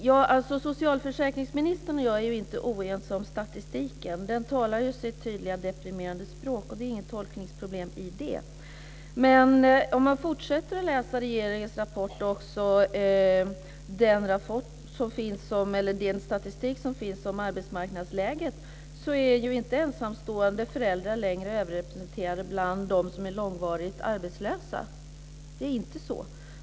Fru talman! Socialförsäkringsministern och jag är inte oense om statistiken. Den talar ju sitt tydliga, deprimerande språk och det är inget tolkningsproblem med det. Om man fortsätter att läsa regeringens rapport finns det en statistik över arbetsmarknadsläget. Ensamstående föräldrar är inte längre överrepresenterade bland dem som är långtidsarbetslösa. Så är det inte.